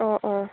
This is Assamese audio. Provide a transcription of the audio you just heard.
অঁ অঁ